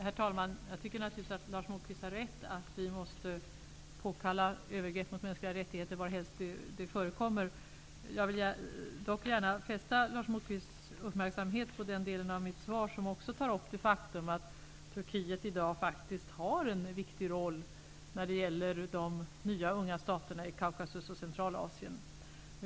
Herr talman! Jag tycker naturligtvis att Lars Moquist har rätt i att vi måste påtala övergrepp mot mänskliga rättigheter varhelst de förekommer. Jag vill dock gärna fästa Lars Moquists uppmärksamhet på den del av mitt svar som berör det faktum att Turkiet i dag faktiskt spelar en viktig roll för de unga staterna i Kaukasus och Centralasien.